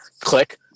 Click